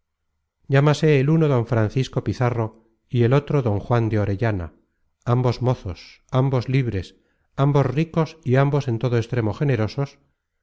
llámase el uno don francisco pizarro y el otro don juan de orellana ambos mozos ambos libres ambos ricos y ambos en todo extremo generosos